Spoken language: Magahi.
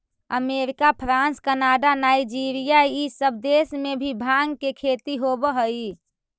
अमेरिका, फ्रांस, कनाडा, नाइजीरिया इ सब देश में भी भाँग के खेती होवऽ हई